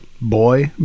boy